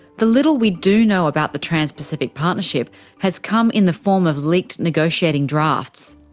the little we do know about the trans pacific partnership has come in the form of leaked negotiating drafts.